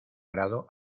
grado